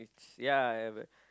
ya I have a